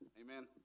Amen